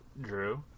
Drew